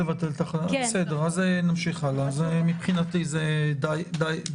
זה בעצם הנוסח לשנייה ושלישית.